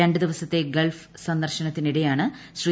രണ്ട് ദിവസത്തെ ഗൾഫ് സന്ദർശനത്തിനിടെയാണ് ശ്രീ